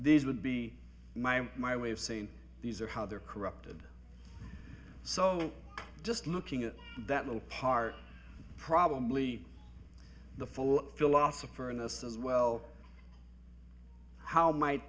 these would be my my way of saying these are how they're corrupted so just looking at that little part probably the full to lots of furnace as well how might